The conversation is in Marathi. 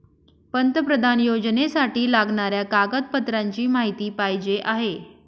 पंतप्रधान योजनेसाठी लागणाऱ्या कागदपत्रांची माहिती पाहिजे आहे